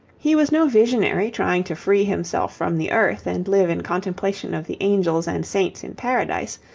he was no visionary trying to free himself from the earth and live in contemplation of the angels and saints in paradise,